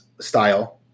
style